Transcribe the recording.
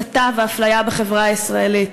הסתה ואפליה בחברה הישראלית.